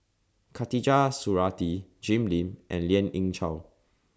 Khatijah Surattee Jim Lim and Lien Ying Chow